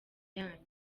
yanyu